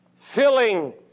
Filling